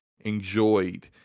enjoyed